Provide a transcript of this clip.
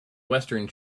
western